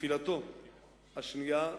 נפילתו השנייה,